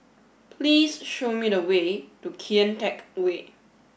please show me the way to Kian Teck Way